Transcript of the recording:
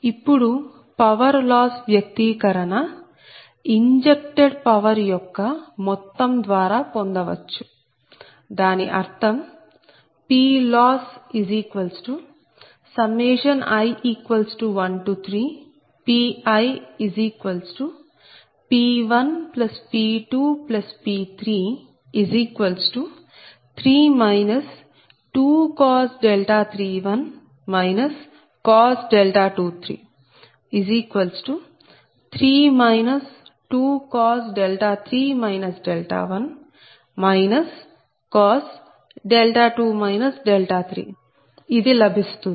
ఇప్పుడు power loss వ్యక్తీకరణ injected power యొక్క మొత్తం ద్వారా పొందవచ్చు దాని అర్థం PLossi13PiP1P2P33 2 31 23 3 23 1 2 3 ఇది లభిస్తుంది